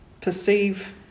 perceive